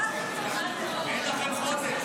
אין לכם חודש.